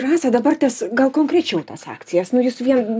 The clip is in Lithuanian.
rasa dabartės gal konkrečiau tas akcijas nu jūs vien